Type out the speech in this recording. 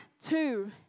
two